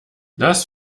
das